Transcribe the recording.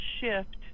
shift